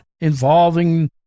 involving